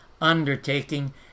undertaking